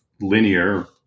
linear